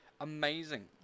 amazing